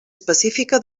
específica